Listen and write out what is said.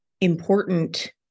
important